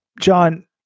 John